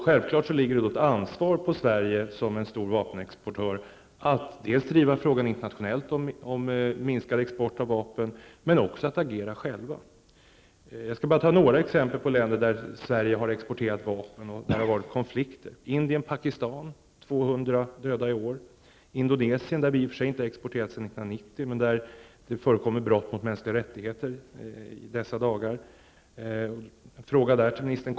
Sverige har självfallet ett ansvar som en stor vapenexportör att driva frågan om minskad export av vapen internationellt men att också att agera självt. Jag skall ta några exempel på länder dit Sverige har exporterat vapen och där det har förekommit konflikter. Det gäller Indien och Pakistan. 200 har dödats i år. Det gäller också Indonesien. Vi har i och för sig inte exporterat till Indonesien sedan år 1990, men det förekommer i dessa dagar brott mot mänskliga rättigheter.